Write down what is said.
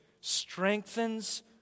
Strengthens